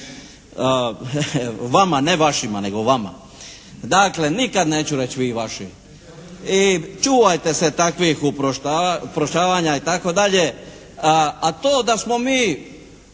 Vama, ne vašima nego vama. Dakle nikad neću reći vi i vaši. I čuvajte se takvih uprošćavanja i tako dalje. A to da smo mi